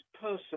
person